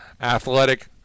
athletic